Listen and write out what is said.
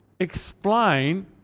explain